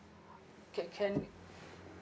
okay can